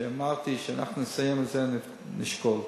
שאמרתי שאנחנו נסיים את זה ונשקול.